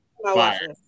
fire